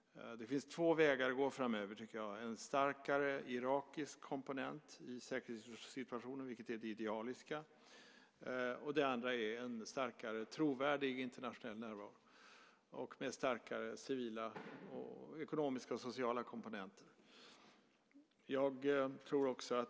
Det finns två vägar att gå framöver. Det ena är en starkare irakisk komponent i säkerhetssituationen, vilket är det idealiska. Det andra är en starkare trovärdig internationell närvaro med starkare civila, ekonomiska och sociala komponenter.